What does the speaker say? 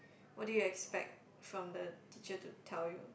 what do you expect from the teacher to tell you